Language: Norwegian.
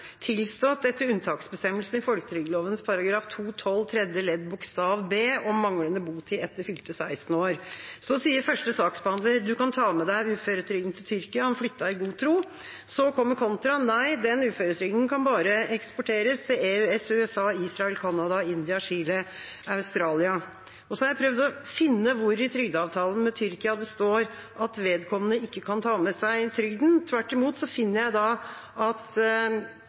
tilstått etter unntaksbestemmelsen i folketrygdloven § 12-2 tredje ledd bokstav b, om manglende botid etter fylte 16 år. Første saksbehandler sa han kunne ta med seg uføretrygden til Tyrkia, og han flyttet i god tro. Så kommer kontrabeskjeden: Nei, den uføretrygden kan bare eksporteres til EØS, USA, Israel, Canada, India, Chile og Australia. Jeg har prøvd å finne hvor i trygdeavtalen med Tyrkia det står at vedkommende ikke kan ta med seg trygden. Tvert imot finner jeg at